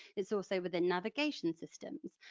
it's also within navigation systems,